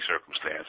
circumstance